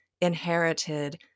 inherited